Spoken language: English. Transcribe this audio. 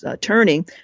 turning